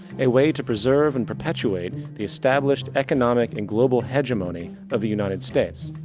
a way to preserve and perpetuate the established economic and global hegemony of the united states.